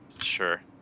Sure